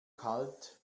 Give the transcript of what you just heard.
kalt